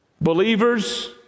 Believers